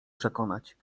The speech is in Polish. przekonać